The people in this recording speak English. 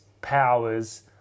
powers